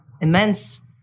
immense